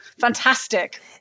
fantastic